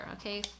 okay